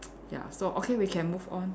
ya so okay we can move on